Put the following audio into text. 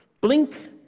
Blink